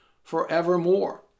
forevermore